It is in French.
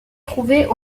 trouver